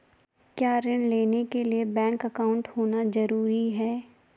क्या ऋण लेने के लिए बैंक अकाउंट होना ज़रूरी है?